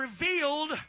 revealed